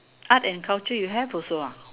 art and culture you have also ah